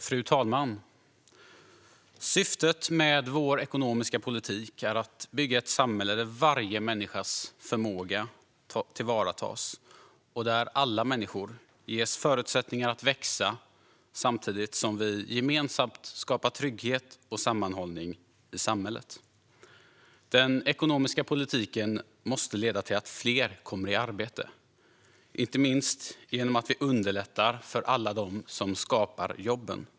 Fru talman! Syftet med vår ekonomiska politik är att bygga ett samhälle där varje människas förmåga tillvaratas och där alla människor ges förutsättningar att växa samtidigt som vi gemensamt skapar trygghet och sammanhållning i samhället. Den ekonomiska politiken måste leda till att fler kommer i arbete, inte minst genom att vi underlättar för alla de som skapar jobben.